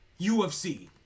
UFC